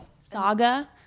Saga